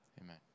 Amen